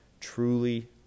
truly